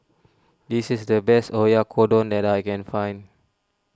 this is the best Oyakodon that I can find